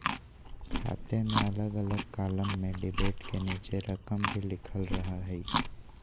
खाते में अलग अलग कालम में डेबिट के नीचे रकम भी लिखल रहा हइ